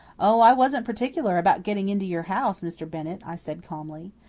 oh, i wasn't particular about getting into your house, mr. bennett, i said calmly.